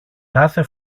κάθε